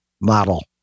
model